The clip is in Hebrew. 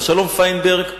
אבשלום פיינברג חייל,